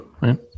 right